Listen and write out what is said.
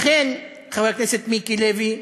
לכן, חבר הכנסת מיקי לוי,